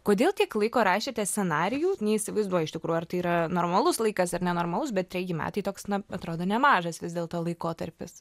kodėl tiek laiko rašėte scenarijų neįsivaizduoju iš tikrųjų ar tai yra normalus laikas ar nenormalus bet treji metai toks na atrodo nemažas vis dėlto laikotarpis